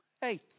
hey